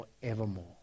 forevermore